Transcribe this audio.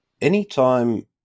Anytime